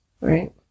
Right